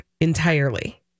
entirely